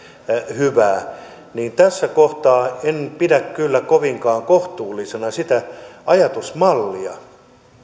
hyvää niin tässä kohtaa en pidä kyllä kovinkaan kohtuullisena sitä ajatusmallia